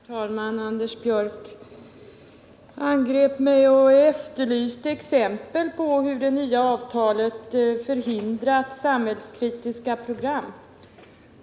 Herr talman! Anders Björck angrep mig och efterlyste exempel på hur det nya avtalet förhindrat samhällskritiska program.